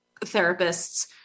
therapists